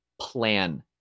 plan